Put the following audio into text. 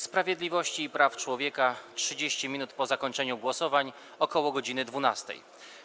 Sprawiedliwości i Praw Człowieka - 30 minut po zakończeniu głosowań, ok. godz. 12.